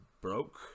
broke